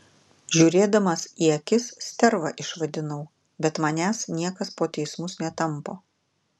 žiūrėdamas į akis sterva išvadinau bet manęs niekas po teismus netampo